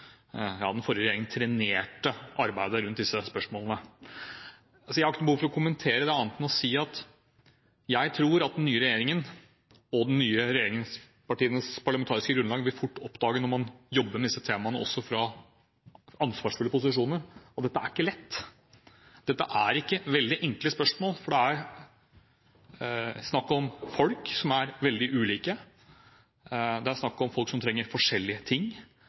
jeg tror den nye regjeringen og den nye regjeringens parlamentariske grunnlag fort vil oppdage når man jobber med disse temaene også fra ansvarsfulle posisjoner, at dette ikke er lett. Dette er ikke veldig enkle spørsmål, for det er snakk om folk som er veldig ulike, det er snakk om folk som trenger forskjellige ting,